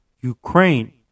Ukraine